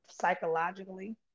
psychologically